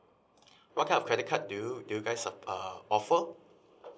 what kind of credit card do you do you guys ap~ uh offer